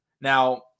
Now